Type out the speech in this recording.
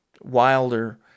wilder